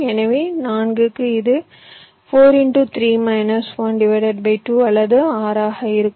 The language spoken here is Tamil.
எனவே 4 க்கு இது 43 12 அல்லது 6 ஆக இருக்கும்